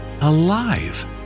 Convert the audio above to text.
alive